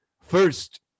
first